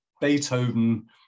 Beethoven